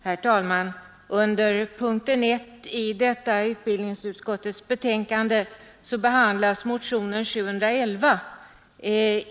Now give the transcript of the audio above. Herr talman! Under punkten 1 i detta utbildningsutskottets betänkande behandlas motionen nr 711.